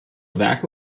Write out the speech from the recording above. werke